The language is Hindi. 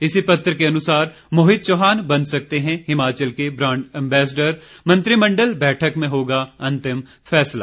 इसी पत्र के अनुसार मोहित चौहान बन सकते हैं हिमाचल के ब्रांड एंबैसडर मंत्रिमंडल बैठक में होगा अंतिम फैसला